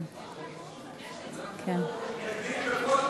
אנחנו מתנגדים לכל המנגנון,